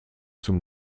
zum